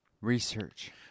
research